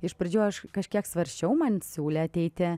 iš pradžių aš kažkiek svarsčiau man siūlė ateiti